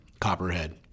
Copperhead